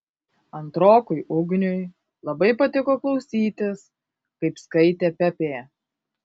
antrokui ugniui labai patiko klausytis kaip skaitė pepė